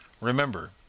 Remember